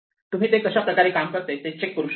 तुम्ही ते कशा प्रकारे काम करते ते चेक करू शकता